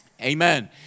Amen